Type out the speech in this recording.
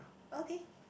okay